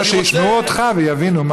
לא, שישמעו אותך ויבינו.